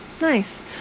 nice